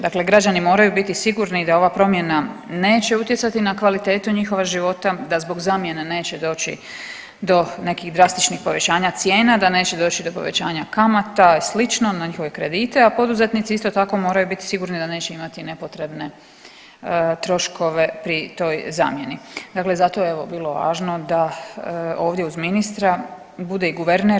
Dakle građani moraju biti sigurni da ova promjena neće utjecati na kvalitetu njihova života, da zbog zamjene neće doći do nekih drastičnih povećanja cijena, da neće doći do povećanja kamata i slično, na njihove kredite, a poduzetnici, isto tako, moraju biti sigurni da neće imati nepotrebne troškove pri toj zamjeni, dakle zato je evo, bilo važno da ovdje uz ministra bude i guverner.